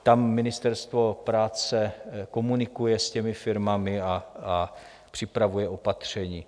Tam Ministerstvo práce komunikuje s těmi firmami a připravuje opatření.